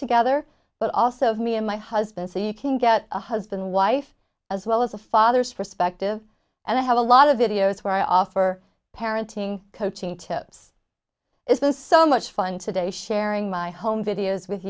together but also for me and my husband so you can get a husband wife as well as a father's perspective and i have a lot of videos where i offer parenting coaching tips is this so much fun today sharing my home videos with